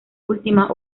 última